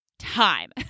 time